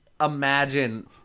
imagine